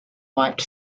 white